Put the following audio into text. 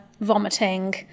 vomiting